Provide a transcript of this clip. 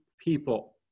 people